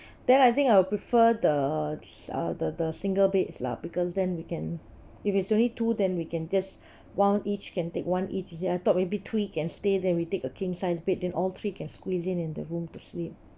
then I think I will prefer the uh the the single beds lah because then we can if it's only two then we can just one each can take one each you see I thought maybe three can stay then we take a king sized bed then all three can squeeze in in the room to sleep